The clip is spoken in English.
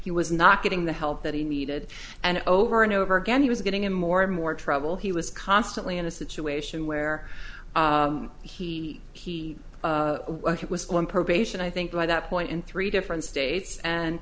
was not getting the help that he needed and over and over again he was getting in more and more trouble he was constantly in a situation where he he was going probation i think by that point in three different states and